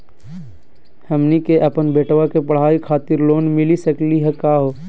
हमनी के अपन बेटवा के पढाई खातीर लोन मिली सकली का हो?